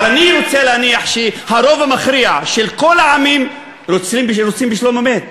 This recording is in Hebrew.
אבל אני רוצה להניח שהרוב המכריע של כל העמים רוצים בשלום אמת,